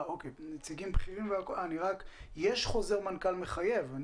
יש חוזר מנכ"ל מחייב.